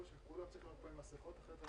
אני